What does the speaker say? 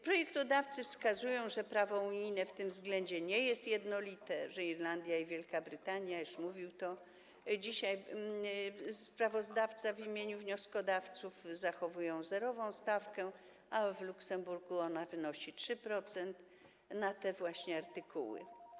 Projektodawcy wskazują, że prawo unijne w tym względzie nie jest jednolite, że Irlandia i Wielka Brytania, już mówił to dzisiaj sprawozdawca w imieniu wnioskodawców, zachowują zerową stawkę, a w Luksemburgu wynosi ona 3% na te właśnie artykuły.